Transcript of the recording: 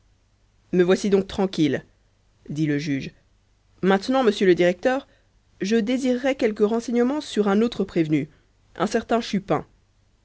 me voici donc tranquille dit le juge maintenant monsieur le directeur je désirerais quelques renseignements sur un autre prévenu un certain chupin